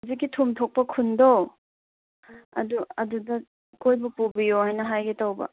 ꯍꯧꯖꯤꯛꯀꯤ ꯊꯨꯝ ꯊꯣꯛꯄ ꯈꯨꯟꯗꯣ ꯑꯗꯨ ꯑꯗꯨꯗ ꯑꯩꯈꯣꯏꯕꯨ ꯄꯨꯕꯤꯎꯅ ꯍꯥꯏꯒꯦ ꯇꯧꯕ